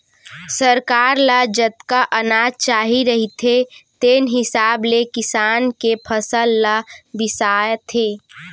सरकार ल जतका अनाज चाही रहिथे तेन हिसाब ले किसान के फसल ल बिसाथे